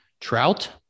Trout